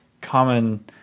common